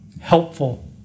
helpful